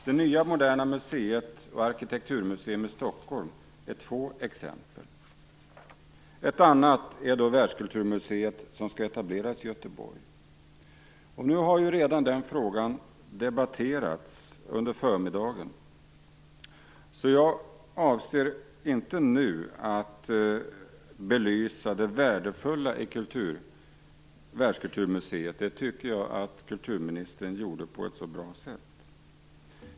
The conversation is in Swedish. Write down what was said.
Det nya Moderna museet och Arkitekturmuseet i Stockholm är två exempel. Ett annat exempel är det världskulturmuseum som skall etableras i Göteborg. Nu har redan den frågan debatterats under förmiddagen, så jag avser inte att nu belysa det värdefulla i ett världskulturmuseum. Det tycker jag att kulturministern gjorde på ett bra sätt.